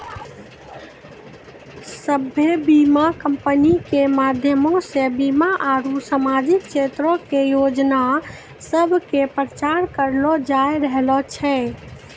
सभ्भे बीमा कंपनी के माध्यमो से बीमा आरु समाजिक क्षेत्रो के योजना सभ के प्रचार करलो जाय रहलो छै